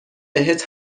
بهت